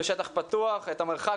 התרבות